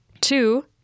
two